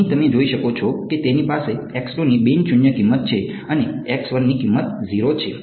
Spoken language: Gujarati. અહીં તમે જોઈ શકો છો કે તેની પાસે ની બિન શૂન્ય કિંમત છે અને ની કિંમત 0 છે